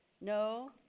No